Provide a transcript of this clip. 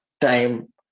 time